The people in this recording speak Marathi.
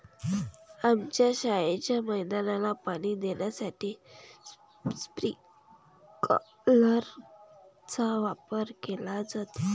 आमच्या शाळेच्या मैदानाला पाणी देण्यासाठी स्प्रिंकलर चा वापर केला जातो